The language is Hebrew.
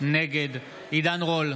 נגד עידן רול,